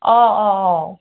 অ অ অ